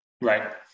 Right